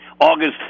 August